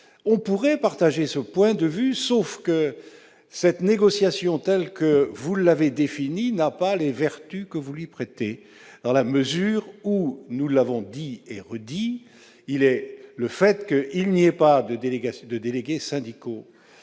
On pourrait partager ce point de vue, sauf que la négociation telle que vous l'avez définie n'a pas les vertus que vous lui prêtez. Nous l'avons dit et redit : il n'y a pas de délégués syndicaux